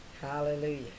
Hallelujah